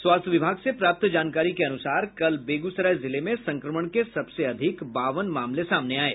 स्वास्थ्य विभाग से प्राप्त जानकारी के अनुसार कल बेगूसराय जिले में संक्रमण के सबसे अधिक बावन मामले सामने आये